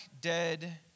dead